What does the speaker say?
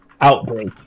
outbreak